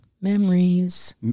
Memories